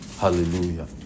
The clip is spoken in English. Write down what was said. Hallelujah